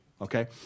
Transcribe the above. okay